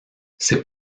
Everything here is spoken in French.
c’est